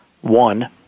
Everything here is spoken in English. One